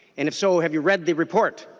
and if so have you read the report?